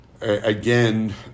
again